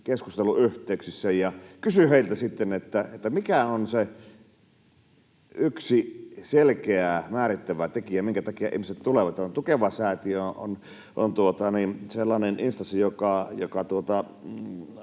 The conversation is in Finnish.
keskusteluyhteyksissä ja kysyin heiltä, mikä on se yksi selkeä määrittävä tekijä, minkä takia ihmiset tulevat. Tämä Tukeva-säätiö on sellainen instanssi, joka